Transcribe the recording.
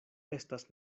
estas